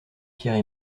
pierre